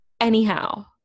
anyhow